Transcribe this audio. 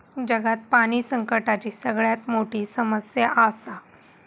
जगात पाणी संकटाची सगळ्यात मोठी समस्या आसा